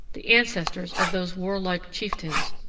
the ancestors of those warlike chieftains,